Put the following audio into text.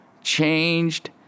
changed